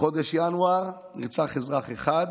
בחודש ינואר נרצח אזרח אחד.